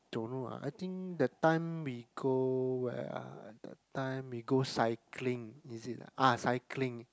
don't know lah I think that time we go where ah that time we go cycling is it ah cycling